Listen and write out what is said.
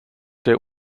der